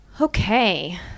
Okay